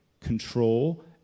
control